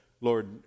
Lord